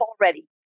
already